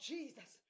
Jesus